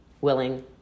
willing